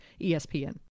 ESPN